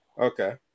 Okay